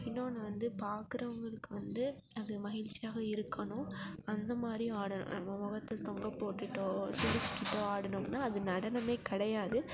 இன்னொன்னு வந்து பார்க்குறவுங்களுக்கு வந்து அது மகிழ்ச்சியாக இருக்கணும் அந்த மாதிரி ஆட நம்ம முகத்த தொங்க போட்டுட்டோ சிரிச்சிகிட்டோ ஆடுனோம்னா அது நடனமே கிடையாது